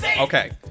Okay